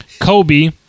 Kobe